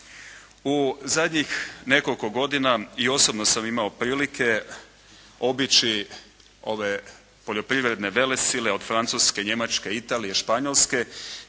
U zadnjih nekoliko godina i osobno sam imao prilike obići ove poljoprivredne velesile od Francuske, Njemačke, Italije, Španjolske